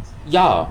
ya